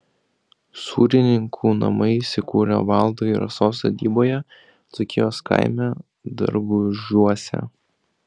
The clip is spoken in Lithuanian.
sūrininkų namai įsikūrę valdo ir rasos sodyboje dzūkijos kaime dargužiuose